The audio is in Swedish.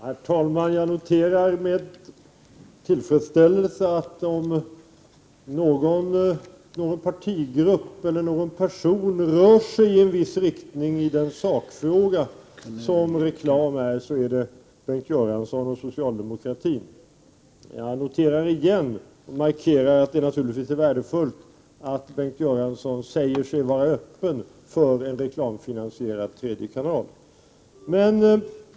Herr talman! Jag noterar med tillfredsställelse att om någon partigrupp eller någon person rör sig i en viss riktning i den sakfråga som reklamen utgör är det Bengt Göransson och socialdemokratin. Det är naturligtvis värdefullt att Bengt Göransson säger sig vara öppen för en reklamfinansierad tredje kanal.